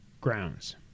Grounds